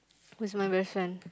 who's my best friend